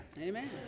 amen